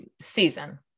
season